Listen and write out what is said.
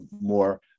more